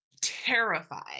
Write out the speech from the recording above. terrified